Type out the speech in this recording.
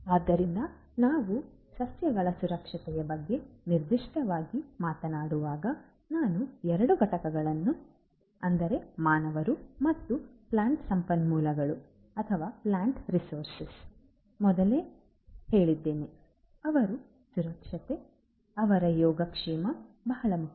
ಆದ್ದರಿಂದ ನಾವು ಸಸ್ಯಗಳ ಸುರಕ್ಷತೆಯ ಬಗ್ಗೆ ನಿರ್ದಿಷ್ಟವಾಗಿ ಮಾತನಾಡುವಾಗ ನಾನು 2 ಘಟಕಗಳ ಮಾನವರು ಮತ್ತು ಪ್ಲಾಂಟ್ ಸಂಪನ್ಮೂಲಗಳ ಮೊದಲು ಹೇಳಿದ್ದೇನೆ ಅವರ ಸುರಕ್ಷತೆ ಅವರ ಯೋಗಕ್ಷೇಮ ಬಹಳ ಮುಖ್ಯ